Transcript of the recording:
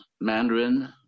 Mandarin